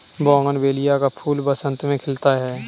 bougainvillea का फूल बसंत में खिलता है